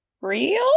real